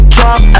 Drop